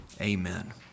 amen